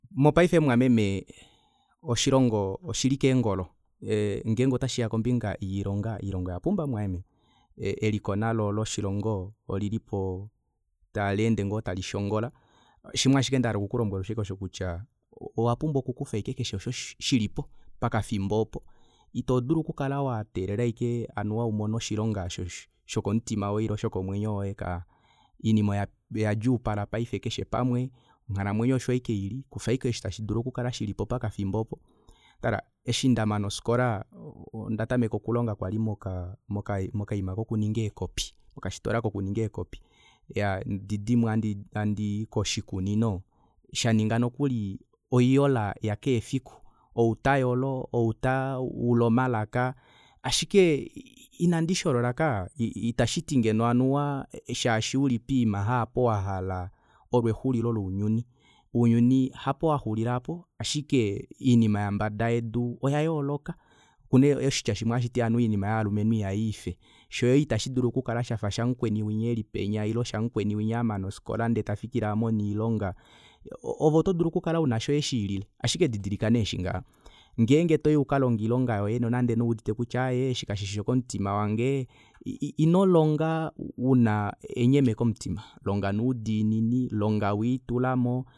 Mopaife mumwameme oshilongo oshili keengolo ngenge otashiya kombinga yoilonga oilonga oyapumba mumwameme eliko nalo loshilongo olilipo taleende ngoo talishongola shimaashike osho ndahala okukulombwela oshosho ashike kutya owapumbwa okukufa keshe osho shilipo pakafimbo oopo ito dulu okukala wateelela ashike anuwa umone oshilonga osho shokomutima woye ile shokomwenyo woye kaya oinima oyadjuupala paife keshe pamwe onghalamwenyo osho ashike ili kufa ashike osho tashi dulu okukala shilipo pakafimbo opo tala eshi ndamana ofikola onda tameka okulonga kwali moka mokaima kokuninga eekopi mokafitola kokuninga eekopi handidimo handii koshikunino shaninga nokuli oiyola yakeshe fiku outayolo ou taula omalaka ashike ina ndisholola kaya itashiti ngeno shaashi ouli poima aapo wahala olo exulilo lounyuni ounyuni apo waxulila aapo ashike oinima yo mbadayedu oya yooloka okuna oshitya shimwe hashiti oinima yovalumenhu ihayiife shoye ita shidulu okukala shafa shamukweni eli penya ile shamukweni winaya amana ofikola ndee tafikile amona oilonga ove otodulu okukal auna shoye shililile ashike didilika nee eshi ngaha ngenge toyi ukalonge oilonga yoye nonande owuudite kutya aaye eshi kashishi shokomutima wange inolonga una enyeme komutima longa noudiinini longa welitulamo